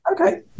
Okay